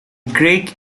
greek